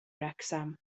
wrecsam